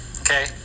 okay